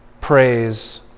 praise